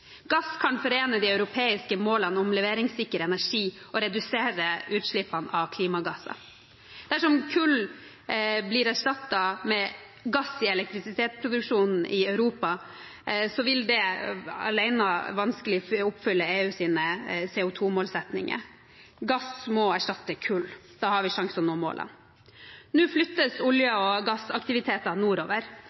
Gass kan forene de europeiske målene om leveringssikker energi og redusere utslippene av klimagasser. Dersom kull blir erstattet med gass i elektrisitetsproduksjonen i Europa, vil dette alene vanskelig oppfylle EUs CO2-målsettinger. Gass må erstatte kull, da har vi en sjanse til å nå målene. Nå flyttes olje- og gassaktivitetene nordover,